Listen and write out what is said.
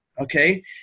okay